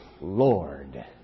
Lord